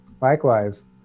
Likewise